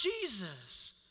Jesus